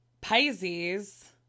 Pisces